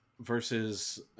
versus